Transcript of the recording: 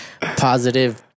Positive